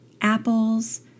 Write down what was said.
apples